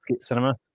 Cinema